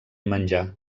menjar